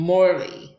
Morley